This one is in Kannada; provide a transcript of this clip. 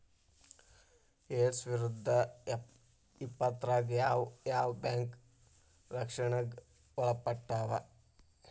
ಎರ್ಡ್ಸಾವಿರ್ದಾ ಇಪ್ಪತ್ತ್ರಾಗ್ ಯಾವ್ ಯಾವ್ ಬ್ಯಾಂಕ್ ರಕ್ಷ್ಣೆಗ್ ಒಳ್ಪಟ್ಟಾವ?